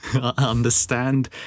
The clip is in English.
understand